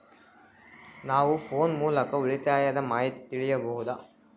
ನಾವು ಫೋನ್ ಮೂಲಕ ಉಳಿತಾಯದ ಮಾಹಿತಿ ತಿಳಿಯಬಹುದಾ?